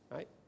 Right